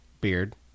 beard